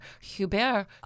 Hubert